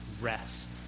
rest